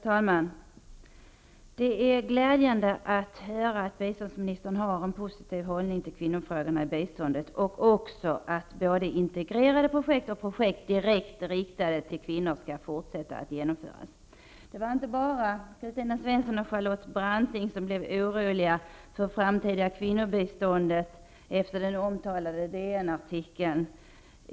Herr talman! Det är glädjande att höra att biståndsministern har en positiv hållning till kvinnofrågorna i biståndet och också att både integrerade projekt och projekt direkt riktade till kvinnor skall fortsätta att genomföras. Det var inte bara Kristina Svensson och Charlotte Branting som blev oroliga för det framtida kvinnobiståndet när de läste den omtalade DN artikeln.